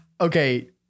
Okay